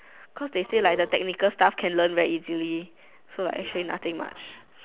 cause they say like the technical stuff can learn very easily so nothing much